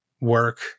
work